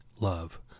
love